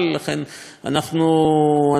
אנחנו אנשים סבירים,